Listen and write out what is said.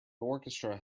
orchestra